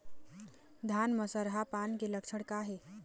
धान म सरहा पान के लक्षण का हे?